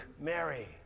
Mary